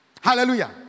Hallelujah